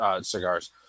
cigars